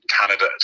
Canada